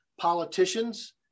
politicians